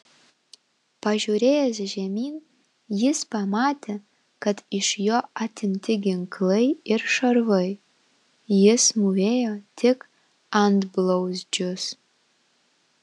pažiūrėjęs žemyn jis pamatė kad iš jo atimti ginklai ir šarvai jis mūvėjo tik antblauzdžius